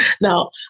Now